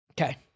Okay